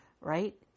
Right